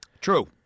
True